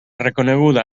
reconeguda